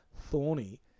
Thorny